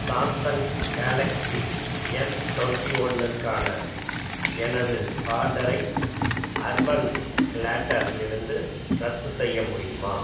Samsung Galaxy S twenty ஒன்னுக்கான எனது ஆர்டரை அர்பன் லேட்டரிலிருந்து ரத்து செய்ய முடியுமா